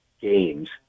games